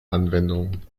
anwendung